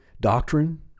doctrine